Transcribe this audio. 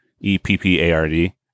E-P-P-A-R-D